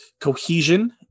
cohesion